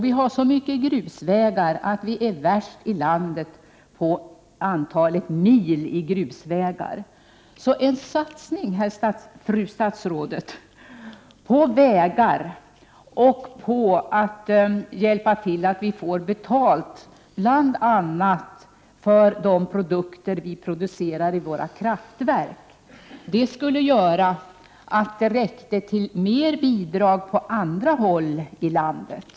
Vi har så mycket grusvägar att vi är värst i landet när det gäller antalet mil i grusvägar. Fru statsråd! En satsning på vägar liksom att vi skulle få hjälp med att få betalt bl.a. för de produkter vi producerar i våra kraftverk skulle göra att det blir mer bidrag över för andra områden i landet.